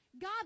God